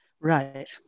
Right